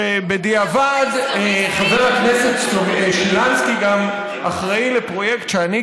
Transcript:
שבדיעבד חבר הכנסת שילנסקי אחראי לפרויקט שאני,